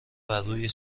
بروی